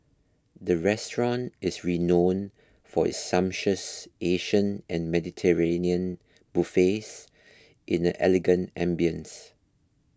the restaurant is renowned for its sumptuous Asian and Mediterranean buffets in an elegant ambience